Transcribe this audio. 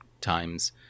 times